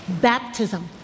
baptism